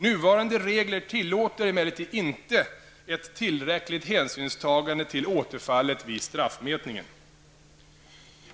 Nuvarande regler tillåter emellertid inte ett tillräckligt hänsynstagande till återfallet vid straffmätningen.